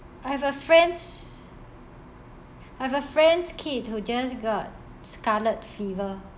I have a friend's I have a friend's kid who just got scarlet fever